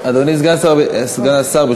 אדוני סגן השר, ברשותך.